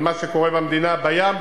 על מה שקורה במדינה בים,